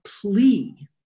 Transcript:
plea